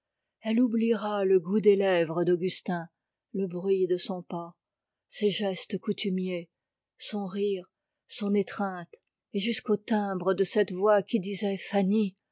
elle oubliera le goût des lèvres d'augustin le bruit de son pas ses gestes coutumiers son rire son étreinte et jusqu'au timbre de cette voix qui disait fanny